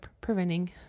preventing